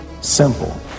simple